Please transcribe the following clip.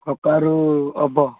କଖାରୁ ହେବ